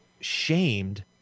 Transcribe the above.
shamed